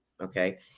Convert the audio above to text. Okay